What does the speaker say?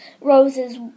Rose's